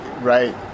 right